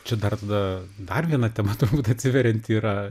čia dar tada dar viena tema turbūt atsiverianti yra